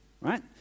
right